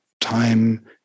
time